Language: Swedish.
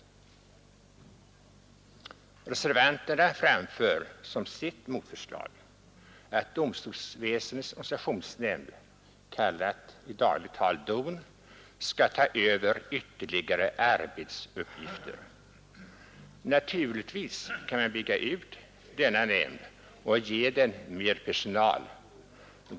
Domstolsväsendets Reservanterna framför som sitt motförslag att domstolsväsendets OTEETINAKONN organisationsnämnd, i dagligt tal kallat DON, skall ta över ytterligare nämnd, m.m. arbetsuppgifter. Naturligtvis kan man bygga ut denna nämnd och ge den mer personal.